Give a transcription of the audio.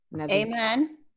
Amen